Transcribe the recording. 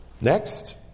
Next